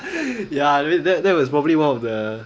ya maybe that that was probably one of the